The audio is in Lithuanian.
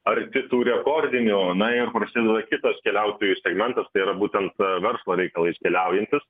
arti tų rekordinių na ir prasideda kitas keliautojų segmentas tai yra būtent verslo reikalais keliaujantys